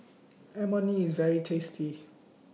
Imoni IS very tasty